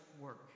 work